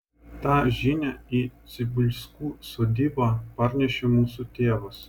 tą žinią į cibulskų sodybą parnešė mūsų tėvas